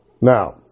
Now